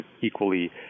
equally